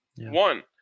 one